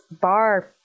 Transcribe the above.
bar